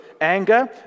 anger